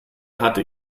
hatte